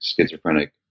schizophrenic